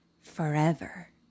forever